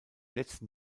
letzten